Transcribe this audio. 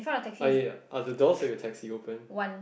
uh ya are the doors of your taxi open